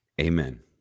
Amen